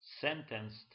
sentenced